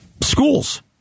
Schools